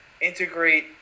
integrate